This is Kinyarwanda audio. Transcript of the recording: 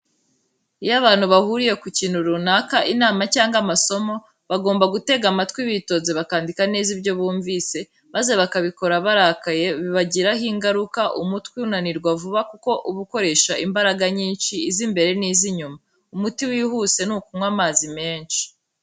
Iyo abantu bahuriye ku kintu runaka, inama cyangwa amasomo, bagomba gutega amatwi bitonze bakandika neza ibyo bumvise, maze bakabikora barakaye, bibagiraho ingaruka, umutwe unanirwa vuba kuko uba ukoresha imbaraga nyinshi, iz'imbere n'iz'inyuma, umuti wihuse ni ukunywa amazi menshi.